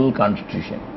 constitution